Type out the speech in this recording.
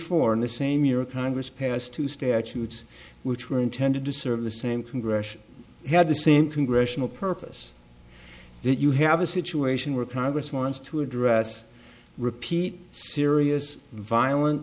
four in the same year congress passed two statutes which were intended to serve the same congressional had the same congressional purpose that you have a situation where congress wants to address repeat serious violen